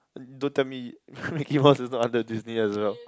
don't tell me Mickey-Mouse is not under Disney as well